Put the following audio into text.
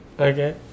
Okay